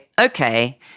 okay